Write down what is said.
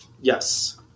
Yes